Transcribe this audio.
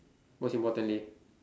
most importantly